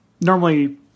Normally